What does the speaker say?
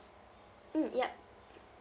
mm ya